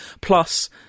plus